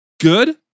good